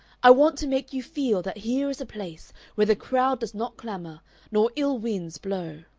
i want to make you feel that here is a place where the crowd does not clamor nor ill-winds blow.